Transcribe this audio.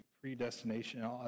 predestination